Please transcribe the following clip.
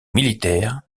militaire